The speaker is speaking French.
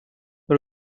dans